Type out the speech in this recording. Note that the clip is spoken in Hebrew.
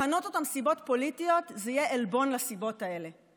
לכנות אותן "סיבות פוליטיות" זה יהיה עלבון לסיבות האלה.